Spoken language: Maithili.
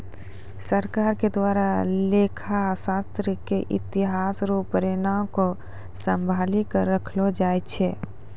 सरकार के द्वारा लेखा शास्त्र के इतिहास रो प्रमाण क सम्भाली क रखलो जाय छै